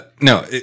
no